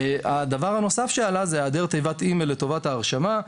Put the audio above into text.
דבר נוסף שעלה הוא היעדר תיבת אימייל לטובת ההרשמה,